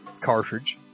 cartridge